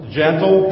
gentle